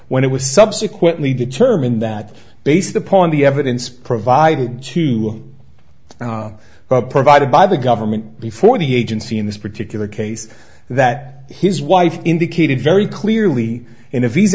when it was subsequently determined that based upon the evidence provided to provided by the government before the agency in this particular case that his wife indicated very clearly